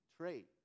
trait